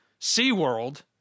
SeaWorld